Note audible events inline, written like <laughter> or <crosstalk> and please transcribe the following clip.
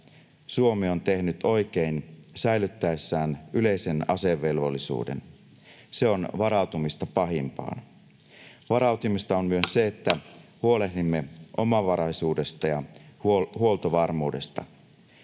Suomi on tehnyt oikein säilyttäessään yleisen asevelvollisuuden. Se on varautumista pahimpaan. Varautumista on myös se, <noise> että huolehdimme omavaraisuudesta ja huoltovarmuudesta.